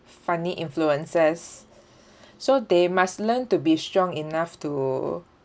funny influences so they must learn to be strong enough to